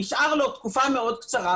נשארה לו תקופה מאוד קצרה,